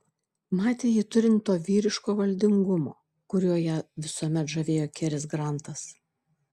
matė jį turint to vyriško valdingumo kuriuo ją visuomet žavėjo keris grantas